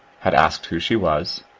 had asked who she was,